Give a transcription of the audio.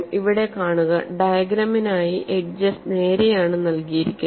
ഇവിടെ കാണുക ഡയഗ്രമിനായി എഡ്ജസ് നേരെയാണ് നൽകിയിരിക്കുന്നത്